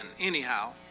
anyhow